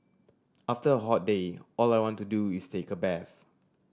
after a hot day all I want to do is take a bath